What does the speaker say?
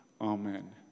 Amen